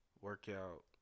workout